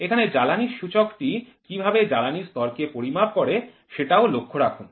এখানে জ্বালানির সূচকটি কিভাবে জ্বালানির স্তরকে পরিমাপ করে সেটাও লক্ষ্য রাখুন